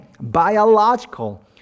biological